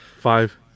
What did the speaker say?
Five